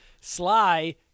Sly